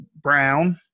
Brown